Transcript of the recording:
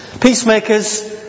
Peacemakers